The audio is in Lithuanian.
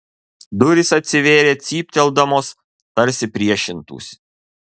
durys atsivėrė cypteldamos tarsi priešintųsi